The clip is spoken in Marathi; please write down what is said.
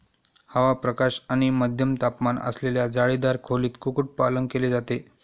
हवा, प्रकाश आणि मध्यम तापमान असलेल्या जाळीदार खोलीत कुक्कुटपालन केले जाते